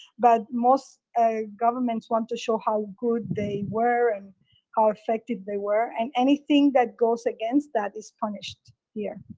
but most ah governments want to show how good they were and how effective they were. and anything that goes against that is punished here.